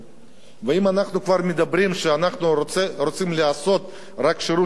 ואם אנחנו כבר מדברים שאנחנו רוצים לעשות רק שירות לחרדים,